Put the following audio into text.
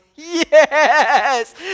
yes